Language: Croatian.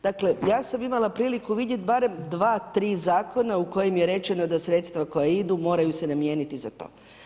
Dakle, ja sam imala priliku vidjeti barem 2, 3 zakona u kojima je rečeno da sredstva koja idu, moraju se namijeniti za to.